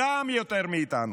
כן, גם יותר מאיתנו.